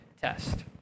test